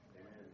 Amen